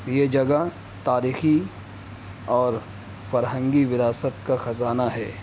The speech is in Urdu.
یہ جگہ تاریخی اور فرہنگی وراثت کا خزانہ ہے